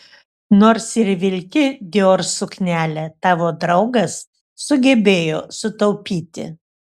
nors ir vilki dior suknelę tavo draugas sugebėjo sutaupyti